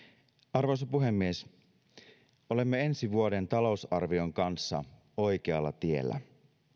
arvoisa puhemies olemme ensi vuoden talousarvion kanssa oikealla tiellä